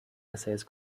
essays